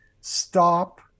stop